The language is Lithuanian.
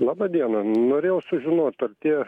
laba diena norėjau sužinot ar tie